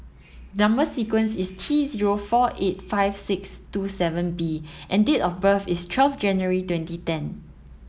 number sequence is T zero four eight five six two seven B and date of birth is twelfth January twenty ten